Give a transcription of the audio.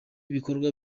bikorwa